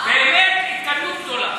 באמת התקדמות גדולה.